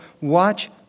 watch